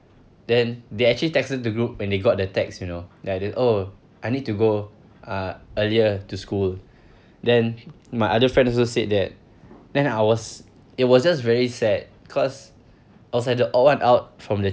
then they actually texted the group when they got the text you know like they oh I need to go uh earlier to school then my other friend also said that then I was it was just very sad cause I was like the odd one out from the